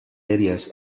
areas